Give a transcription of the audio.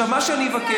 מי זה אתם?